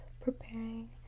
preparing